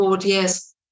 Yes